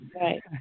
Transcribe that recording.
Right